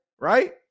right